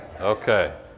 Okay